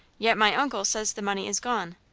yet my uncle says the money is gone.